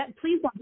please